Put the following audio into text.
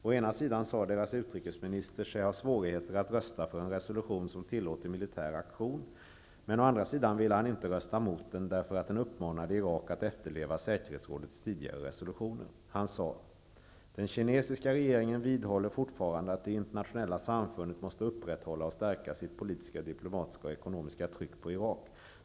Å ena sidan sade Kinas utrikesminister sig ha svårigheter att rösta för en resolution som tillåter militär aktion, men å andra sidan ville han inte rösta mot den, eftersom den uppmanade Irak att efterleva säkerhetsrådets tidigare resolutioner. Han sade: ''Den kinesiska regeringen vidhåller fortfarande att det internationella samfundet måste upprätthålla och stärka sitt politiska, diplomatiska och ekonomiska tryck på Irak.